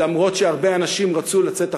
אף-על-פי שהרבה אנשים רצו לצאת החוצה.